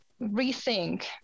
rethink